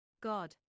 God